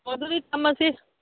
ꯑꯣ ꯑꯗꯨꯗꯤ ꯊꯝꯃꯁꯤ